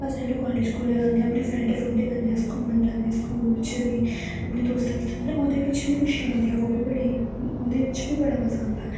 होर चलो कालेज कुलेज जन्ने आं अपने फ्रैंड फ्रुंड कन्नै अस घूमन जन्ने स्कूल च बी अपने दोस्त दूस्त कन्नै ओह्दे बिच्च बी खुशियां आंदिया ओह् बी बड़ी ओह्दे बिच्च बी बड़ा मजा आंदा